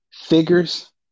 figures